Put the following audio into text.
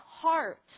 heart